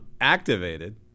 activated